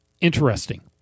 interesting